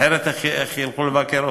אחרת איך ילכו לבקר אותו?